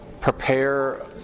prepare